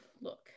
look